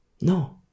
No